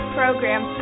program